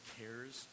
cares